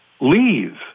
leave